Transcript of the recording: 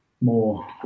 more